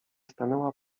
stanęła